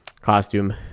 costume